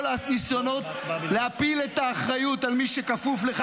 כל הניסיונות להפיל את האחריות על מי שכפוף לך